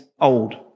old